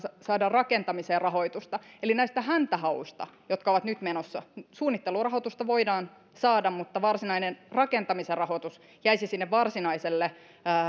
saada rakentamiseen rahoitusta eli näistä häntähauista jotka ovat nyt menossa voidaan saada suunnittelurahoitusta mutta varsinainen rakentamisen rahoitus jäisi sinne varsinaiselle